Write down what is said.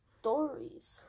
stories